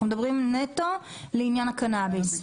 אנחנו מדברים נטו לעניין הקנאביס.